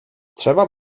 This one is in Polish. trzeba